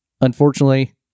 Unfortunately